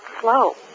slow